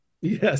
Yes